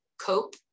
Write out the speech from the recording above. cope